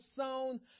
sound